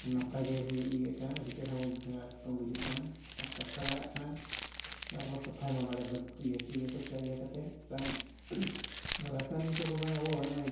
ᱟᱨ ᱱᱟᱯᱟᱭ ᱜᱮ ᱦᱩᱭᱩᱜ ᱤᱭᱟᱹᱜ ᱠᱟᱱᱟ ᱟᱹᱰᱤ ᱪᱮᱨᱦᱟ ᱜᱷᱟᱥ ᱠᱚ ᱜᱩᱡᱩᱜ ᱠᱟᱱᱟ ᱟᱨ ᱥᱟᱯᱷᱟ ᱫᱟᱲᱮᱭᱟᱜ ᱠᱟᱱᱟᱭ ᱵᱟᱨ ᱵᱟᱨ ᱥᱟᱯᱷᱟᱭᱢᱟ ᱵᱟᱲᱮ ᱵᱟᱹᱫᱽ ᱤᱭᱟᱹ ᱠᱚ ᱤᱭᱟᱹ ᱠᱚ ᱪᱮ ᱤᱭᱟᱹ ᱠᱟᱛᱮᱫ ᱨᱟᱱ ᱟᱵᱟᱨ ᱨᱟᱥᱟᱭᱱᱤᱠ ᱵᱟᱝ ᱟᱵᱚ ᱱᱚᱜᱼᱚᱭ